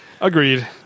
Agreed